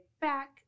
back